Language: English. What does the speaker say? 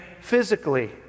physically